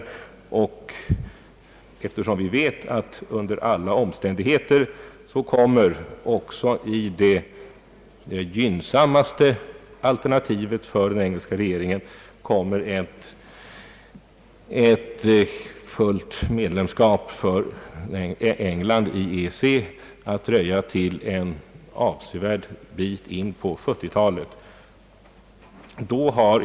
Eftersom vi vet att under alla omständigheter kommer också enligt det gynnsammaste alternativet för den engelska regeringen ett fullt medlemskap för England i EEC att dröja till en avsevärd bit in på 1970-talet.